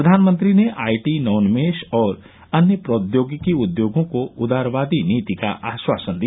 प्रधानमंत्री ने आईटी नवोन्मेष और अन्य प्रौद्योगिकी उद्योगों को उदारवादी नीति का आश्वासन दिया